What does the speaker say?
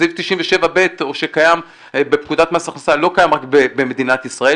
סעיף 97ב שקיים בפקודת מס הכנסה לא קיים רק במדינת ישראל,